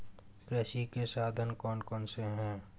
कृषि के साधन कौन कौन से हैं?